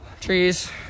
trees